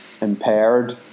impaired